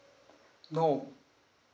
no